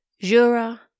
Jura